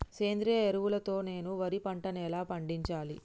సేంద్రీయ ఎరువుల తో నేను వరి పంటను ఎలా పండించాలి?